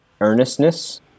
earnestness